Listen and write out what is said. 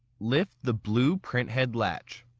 lift the blue print head latch.